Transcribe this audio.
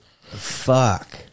fuck